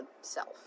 self